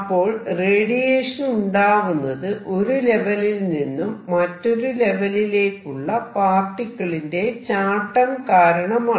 അപ്പോൾ റേഡിയേഷൻ ഉണ്ടാവുന്നത് ഒരു ലെവലിൽ നിന്നും മറ്റൊരു ലെവെലിലേക്കുള്ള പാർട്ടിക്കിളിന്റെ ചാട്ടം കാരണമാണ്